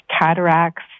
cataracts